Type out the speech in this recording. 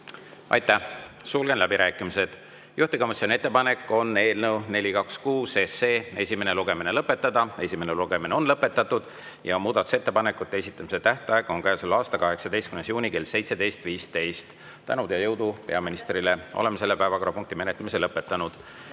Aitäh! Sulgen läbirääkimised. Juhtivkomisjoni ettepanek on eelnõu 426 esimene lugemine lõpetada. Esimene lugemine on lõpetatud ja muudatusettepanekute esitamise tähtaeg on käesoleva aasta 18. juuni kell 17.15. Tänu ja jõudu peaministrile! Oleme selle päevakorrapunkti menetlemise lõpetanud.